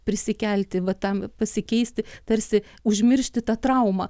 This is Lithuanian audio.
prisikelti vat tam pasikeisti tarsi užmiršti tą traumą